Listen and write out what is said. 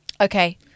okay